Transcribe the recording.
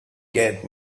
get